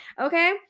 okay